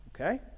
okay